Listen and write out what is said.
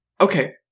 Okay